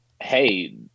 Hey